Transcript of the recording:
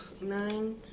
Nine